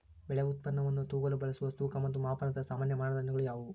ಬೆಳೆ ಉತ್ಪನ್ನವನ್ನು ತೂಗಲು ಬಳಸುವ ತೂಕ ಮತ್ತು ಮಾಪನದ ಸಾಮಾನ್ಯ ಮಾನದಂಡಗಳು ಯಾವುವು?